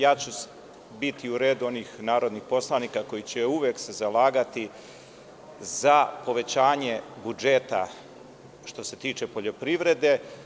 Ja ću biti u redu onih narodnih poslanika koji će se uvek zalagati za povećanje budžeta, što se tiče poljoprivrede.